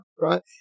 right